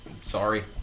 Sorry